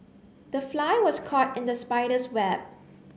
the fly was caught in the spider's web